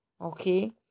Okay